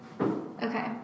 Okay